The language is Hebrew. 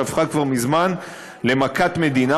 שהפכה כבר מזמן למכת מדינה,